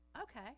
okay